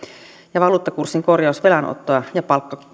ja valuuttakurssin korjaus velanottoa ja